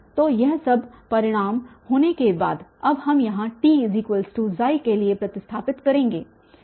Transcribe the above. तो यह सब परिणाम होने के बाद अब हम यहाँt के लिए प्रतिस्थापित करेंगे